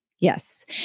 Yes